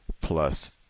plus